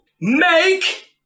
make